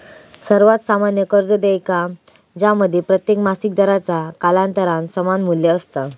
सर्वात सामान्य कर्ज देयका ज्यामध्ये प्रत्येक मासिक दराचा कालांतरान समान मू्ल्य असता